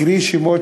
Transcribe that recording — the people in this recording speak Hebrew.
הקריא שמות